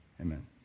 Amen